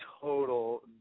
total